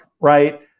right